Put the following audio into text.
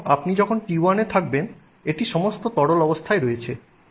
এবং আপনি যখন T1 এ থাকবেন এটি সমস্ত তরল অবস্থায় রয়েছে